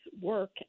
work